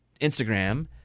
Instagram